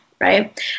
right